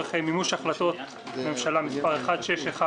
לצורך מימוש החלטות ממשלה מס' 1661